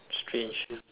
strange